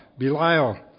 Belial